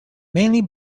mainly